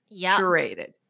curated